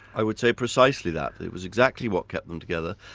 i would say precisely that. it was exactly what kept them together,